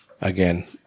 again